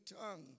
tongue